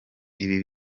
ibi